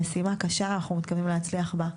המשימה קשה ואנחנו מתכוונים להצליח בה,